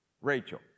Rachel